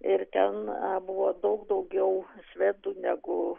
ir ten buvo daug daugiau švedų negu